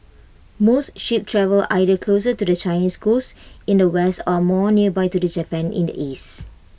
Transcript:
most ships travel either closer to the Chinese coast in the west or more nearby to Japan in the east